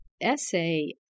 essay